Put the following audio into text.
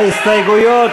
ההסתייגויות